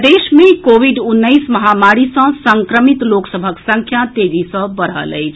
प्रदेश मे कोविड उन्नैस महामारी सँ संक्रमित लोक सभक संख्या तेजी सँ बढ़ल अछि